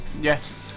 Yes